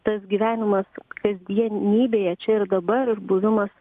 tas gyvenimas kasdienybėje čia ir dabar ir buvimas